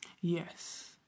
yes